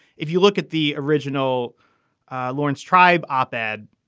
if you look at the original laurence tribe op ed,